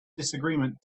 disagreement